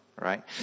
right